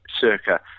circa